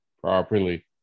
properly